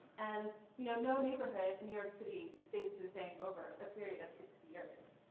and no no neighborhood in new york city stays the same over a period of sixty years.